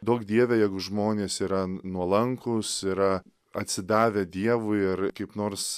duok dieve jeigu žmonės yra nuolankūs yra atsidavę dievui ir kaip nors